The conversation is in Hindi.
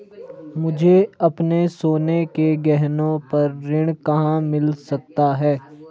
मुझे अपने सोने के गहनों पर ऋण कहाँ मिल सकता है?